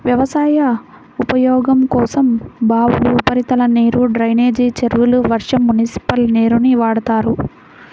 వ్యవసాయ ఉపయోగం కోసం బావులు, ఉపరితల నీరు, డ్రైనేజీ చెరువులు, వర్షం, మునిసిపల్ నీరుని వాడతారు